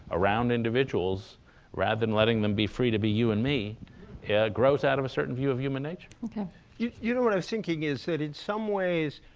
around individuals rather than letting them be free to be you and me grows out of a certain view of human nature ok you know, what i was thinking is that in some ways,